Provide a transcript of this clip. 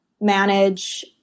manage